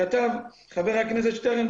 כתב חבר הכנסת שטרן,